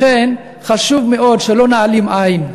לכן, חשוב מאוד שלא נעלים עין.